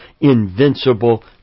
invincible